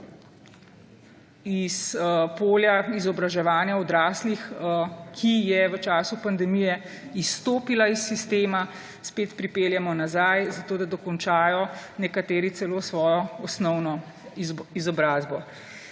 s polja izobraževanja odraslih, ki je v času pandemije izstopila iz sistema, spet pripeljemo nazaj, zato da dokončajo nekateri celo svojo osnovno izobrazbo.